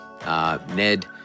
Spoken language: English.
Ned